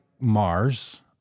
Mars